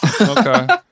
okay